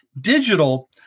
Digital